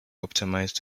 optimised